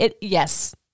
yes